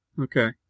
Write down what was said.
Okay